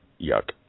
yuck